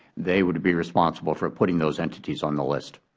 they would be responsible for putting those entities on the list.